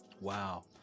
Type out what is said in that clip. Wow